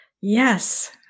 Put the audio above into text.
Yes